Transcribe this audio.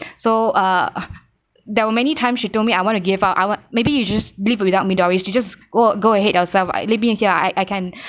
so uh there were many time she told me I want to give up I want maybe you just leave without me doris you just go go ahead yourself like leave me here I I can